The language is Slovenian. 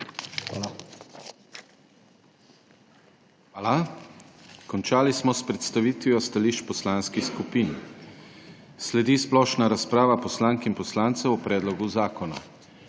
Hvala. Končali smo s predstavitvijo stališč poslanskih skupin. Sledi splošna razprava poslank in poslancev o predlogu zakona.